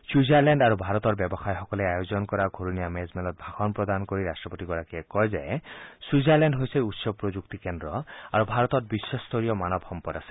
Switzerland আৰু ভাৰতৰ ব্যৱসায়ীসকলে আয়োজন কৰা ঘূৰণীয়া মেজমেলত ভাষণ প্ৰদান কৰি ৰাট্টপতিগৰাকীয়ে কয় যে ছুইজাৰলেণ্ড হৈছে উচ্চ প্ৰযুক্তি কেন্দ্ৰ আৰু ভাৰতত বিশ্বস্তৰীয় মানব সম্পদ আছে